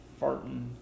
farting